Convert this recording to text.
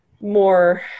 more